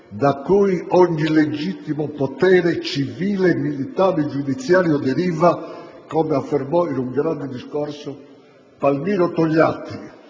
da cui ogni legittimo potere civile, militare, giudiziario deriva, come affermò in un grande discorso Palmiro Togliatti